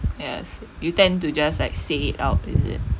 yes you tend to just like say it out is it